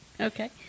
Okay